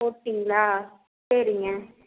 போட்டீங்களா சரிங்க